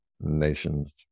nation's